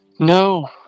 No